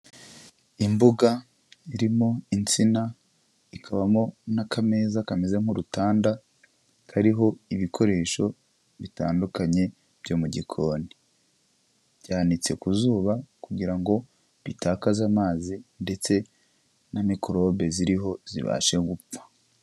Imbuga irimo insina, ikabamo n'akameza kameze nk'urutanda, kariho ibikoresho bitandukanye byo mu gikoni. Byanitse ku zuba kugira ngo bitakaze amazi ndetse na mikorobe ziriho zibashe gupfa.